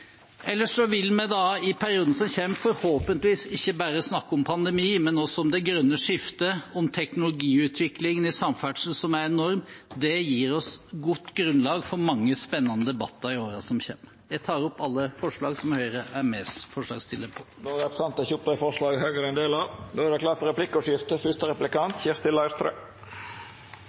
Ellers vil vi i perioden som kommer, forhåpentligvis ikke bare snakke om pandemi, men også om det grønne skiftet og om teknologiutviklingen innen samferdsel, som er enorm. Det gir oss et godt grunnlag for mange spennende debatter i årene som kommer. Jeg tar opp alle forslagene der Høyre er medforslagsstiller. Representanten Trond Helleland har teke opp dei forslaga han refererte til. Det vert replikkordskifte. Jeg har lyst til å